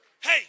Hey